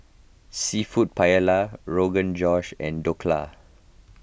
Seafood Paella Rogan Josh and Dhokla